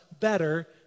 Better